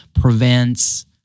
prevents